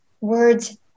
words